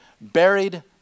buried